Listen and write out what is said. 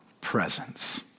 presence